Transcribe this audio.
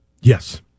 Yes